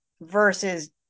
versus